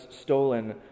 stolen